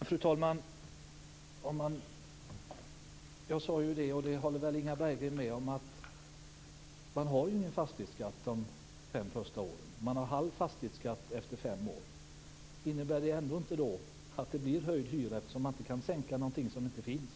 Fru talman! Jag sade - och det håller väl Inga Berggren med om - att man inte har någon fastighetsskatt under de fem första åren. Efter fem år har man en halv fastighetsskatt. Innebär det ändå inte att det blir höjd hyra, eftersom man inte kan sänka någonting som inte finns?